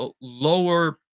lower